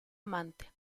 amante